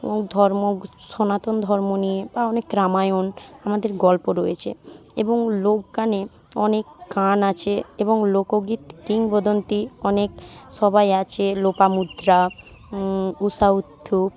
এবং ধর্ম সনাতন ধর্ম নিয়ে বা অনেক রামায়ণ আমাদের গল্প রয়েছে এবং লোকগানে অনেক গান আছে এবং লোকগীতি কিংবদন্তী অনেক সবাই আছে লোপামুদ্রা ঊষা উত্থুপ